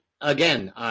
again